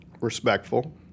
Respectful